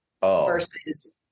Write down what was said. versus